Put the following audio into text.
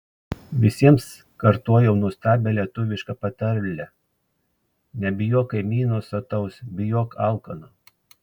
visiems kartojau nuostabią lietuvišką patarlę nebijok kaimyno sotaus bijok alkano